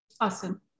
Awesome